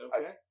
Okay